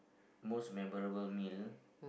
most memorable meal